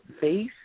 face